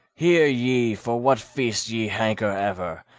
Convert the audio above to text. hear ye for what feast ye hanker ever,